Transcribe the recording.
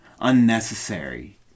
Unnecessary